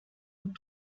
aux